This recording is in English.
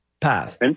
path